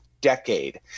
decade